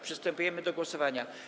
Przystępujemy do głosowania.